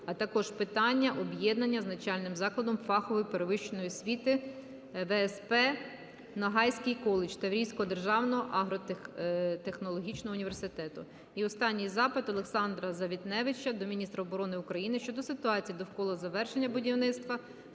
а також питання об'єднання з навчальним закладом фахової передвищої освіти ВСП "Ногайський коледж" Таврійського державного агротехнологічного університету. І останній запит. Олександра Завітневича до міністра оборони України щодо ситуації довкола завершення будівництва